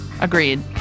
Agreed